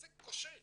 עסק כושל,